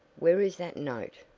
where is that note!